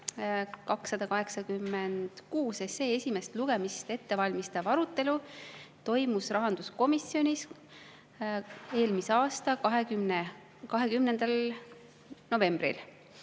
286 esimest lugemist ettevalmistav arutelu toimus rahanduskomisjonis eelmise aasta 20. novembril.